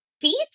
feet